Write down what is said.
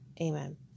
Amen